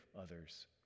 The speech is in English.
others